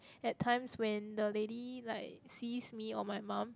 at times when the lady like sees me or my mom